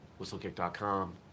whistlekick.com